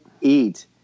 eat